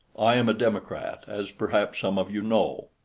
i am a democrat, as perhaps some of you know.